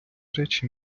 речі